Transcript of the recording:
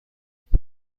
لطفا